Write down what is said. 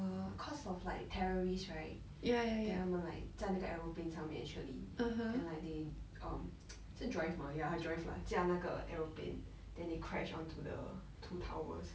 err cause of like terrorists right then 他们 like 在那个 aeroplane 上面 actually then like they um 是 drive mah ya drive lah 驾那个 aeroplane then they crash onto the two towers